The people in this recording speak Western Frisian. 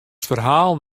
ferhalen